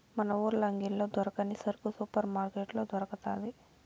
మన ఊర్ల అంగిల్లో దొరకని సరుకు సూపర్ మార్కట్లో దొరకతాది